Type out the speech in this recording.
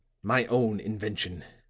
my own invention,